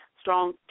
strong